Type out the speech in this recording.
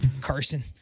Carson